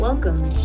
Welcome